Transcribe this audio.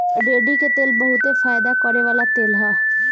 रेड़ी के तेल बहुते फयदा करेवाला तेल ह